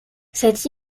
cette